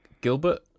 Gilbert